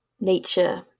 nature